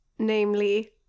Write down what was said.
Namely